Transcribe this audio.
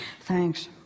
Thanks